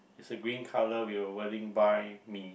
it's a green colour with a wording buy me